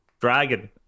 Dragon